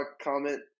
comment